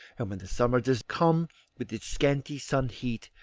and when the summer does come with its scanty sun-heat,